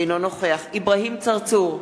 אינו נוכח אברהים צרצור,